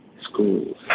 schools